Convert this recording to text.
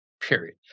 period